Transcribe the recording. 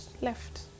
left